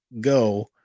go